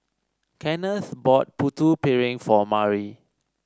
Kenneth bought Putu Piring for Mari